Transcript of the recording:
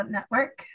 Network